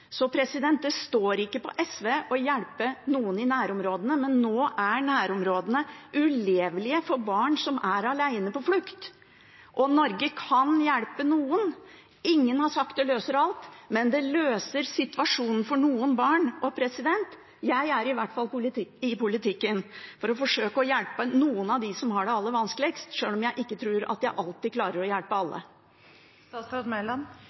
det ned. Så det står ikke på SV når det gjelder å hjelpe noen i nærområdene, men nå er nærområdene ulevelige for barn som er alene på flukt, og Norge kan hjelpe noen. Ingen har sagt at det løser alt, men det løser situasjonen for noen barn. Og jeg er i hvert fall i politikken for å forsøke å hjelpe noen av dem som har det aller vanskeligst, sjøl om jeg ikke tror at jeg alltid klarer å hjelpe